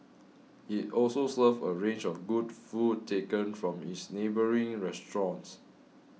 it also serves a range of good food taken from its neighbouring restaurants